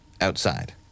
outside